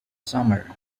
summer